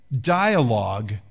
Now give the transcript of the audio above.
dialogue